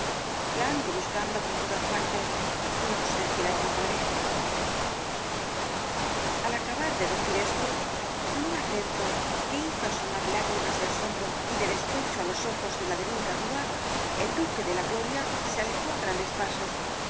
la ando buscando por todas partes no sé si la encontraré al acabar de decir esto con un acento que hizo asomar lágrimas de asombro y de despecho álos ojos de la de vinca rúa el duque de la gloria se alejó á grandes pasos